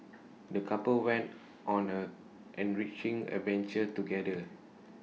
the couple went on an enriching adventure together